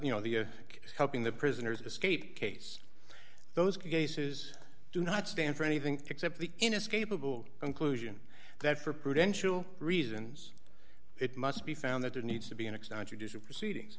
you know the helping the prisoners escape case those cases do not stand for anything except the inescapable conclusion that for prudential reasons it must be found that there needs to be an extradition proceedings